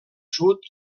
sud